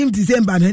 December